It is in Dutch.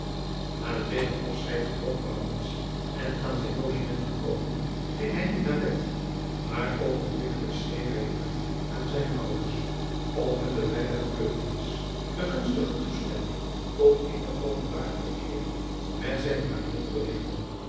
a een teeder afscheid vertrok en aan zijn logement gekomen ging hij niet naar bed maar oogenblikkelijk schreef hij een brief aan zijne ouders om hun de blijde gebeurtenis en gunstige toestem driaan oosjes zn et leven van aurits ijnslager ming tot eene openbare verkeering met zijne te berigten